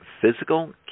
physical